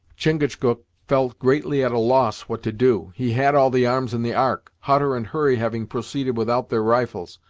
chingachgook felt greatly at a loss what to do. he had all the arms in the ark, hutter and hurry having proceeded without their rifles,